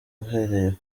uhereye